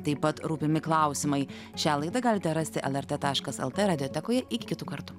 taip pat rūpimi klausimai šią laidą galite rasti lrt taškas lt radiotekoje iki kitų kartų